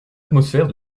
atmosphère